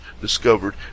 discovered